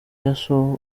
yashoye